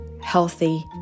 healthy